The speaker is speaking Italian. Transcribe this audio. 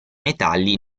metalli